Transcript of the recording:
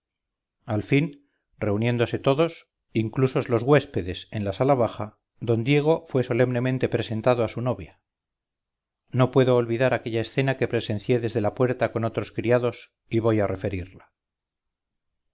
al fin reuniéndose todos inclusos los huéspedes en la sala baja don diego fue solemnemente presentado a su novia no puedo olvidar aquella escena que presencié desde la puerta con otros criados y voy a referirla